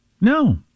No